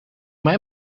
mij